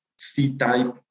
C-type